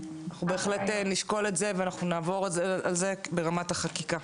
אנחנו בהחלט נשקול את זה ואנחנו נעבור על זה ברמת החקיקה.